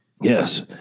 Yes